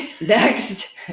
next